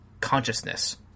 consciousness